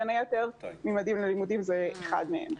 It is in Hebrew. בין היתר "ממדים ללימודים" הוא אחד מהם.